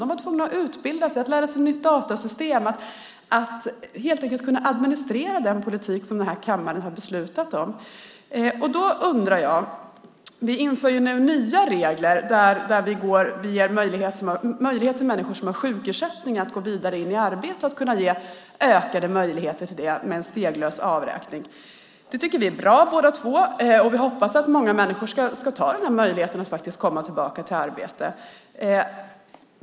De var tvungna att utbilda sig, att lära sig ett nytt datasystem, att helt enkelt kunna administrera den politik som den här kammaren har beslutat om. Vi inför nu nya regler som ger människor som har sjukersättning ökade möjligheter att gå vidare in i arbete med en steglös avräkning. Det tycker vi är bra båda två, och vi hoppas att många människor ska ta möjligheten att komma tillbaka till arbete.